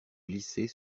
glisser